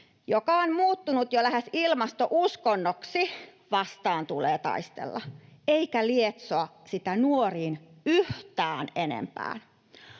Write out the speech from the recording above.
joka on muuttunut jo lähes ilmastouskonnoksi, vastaan tulee taistella, eikä lietsoa sitä nuoriin yhtään enempää.